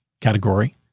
category